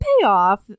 payoff